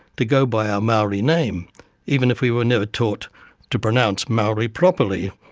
to go by our maori name even if we were never taught to pronounce maori properly.